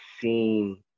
seen